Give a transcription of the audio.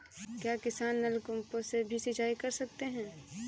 क्या किसान नल कूपों से भी सिंचाई कर सकते हैं?